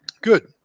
Good